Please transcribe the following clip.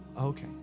Okay